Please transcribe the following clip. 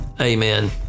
Amen